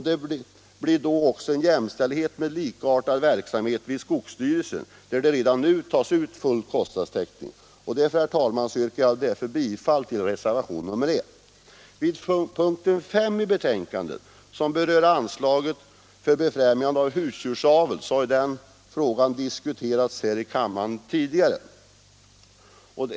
Det blir då en verksamhet som är jämställd med den likartade verksamheten vid skogsstyrelsen, där redan nu full kostnadstäckning tas ut. Därför, herr talman, yrkar jag bifall till reservationen EG Punkten 5 i betänkandet, som rör anslaget för befrämjande av husdjursaveln, är en fråga som har diskuterats tidigare i kammaren.